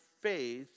faith